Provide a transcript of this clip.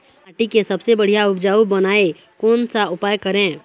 माटी के सबसे बढ़िया उपजाऊ बनाए कोन सा उपाय करें?